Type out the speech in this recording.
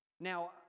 Now